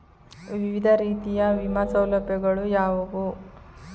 ವಿವಿಧ ರೀತಿಯ ವಿಮಾ ಸೌಲಭ್ಯಗಳು ಯಾವುವು?